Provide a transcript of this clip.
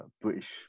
British